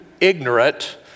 ignorant